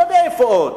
אני לא יודע איפה עוד.